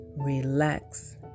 relax